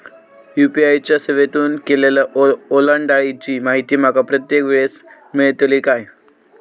UPI च्या सेवेतून केलेल्या ओलांडाळीची माहिती माका प्रत्येक वेळेस मेलतळी काय?